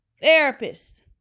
therapist